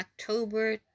October